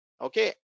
Okay